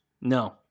no